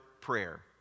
prayer